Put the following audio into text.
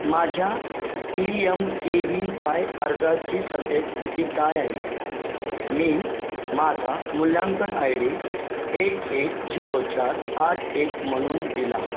माझ्या P M K V Y अर्जाची सध्याची स्थिती काय आहे मी माझा मुल्यांकन आय डी एक एक झिरो चार आठ एक म्हणून दिला